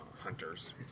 hunters